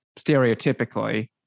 stereotypically